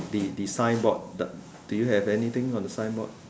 the the signboard do you have anything on the signboard